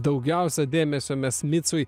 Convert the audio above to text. daugiausia dėmesio mes micui